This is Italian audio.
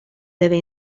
deve